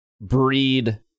breed